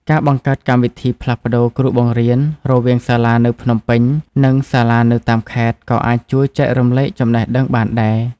ការបង្កើតកម្មវិធីផ្លាស់ប្តូរគ្រូបង្រៀនរវាងសាលានៅភ្នំពេញនិងសាលានៅតាមខេត្តក៏អាចជួយចែករំលែកចំណេះដឹងបានដែរ។